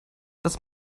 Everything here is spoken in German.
das